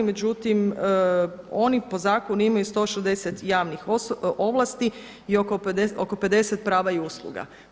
Međutim, oni po zakonu imaju 160 javnih ovlasti i oko 50 prava i usluga.